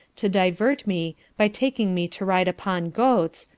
to divert me, by taking me to ride upon goats,